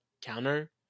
Counter